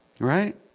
Right